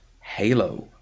Halo